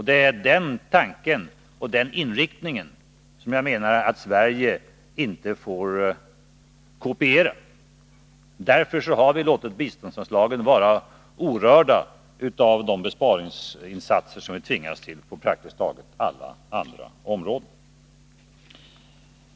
Det är den inriktningen som jag menar att Sverige inte får kopiera. Därför har vi låtit biståndsanslagen vara orörda av de besparingsinsatser som vi tvingas till på praktiskt taget alla andra områden.